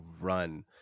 run